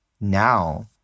now